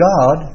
God